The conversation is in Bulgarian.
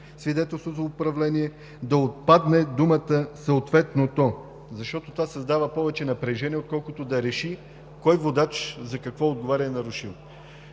свидетелство за управление“ да отпадне думата „съответното“, защото това създава повече напрежение, отколкото да реши кой водач за какво отговаря и е нарушил.